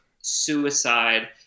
suicide